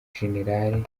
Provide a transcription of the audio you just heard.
gen